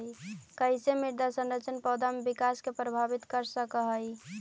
कईसे मृदा संरचना पौधा में विकास के प्रभावित कर सक हई?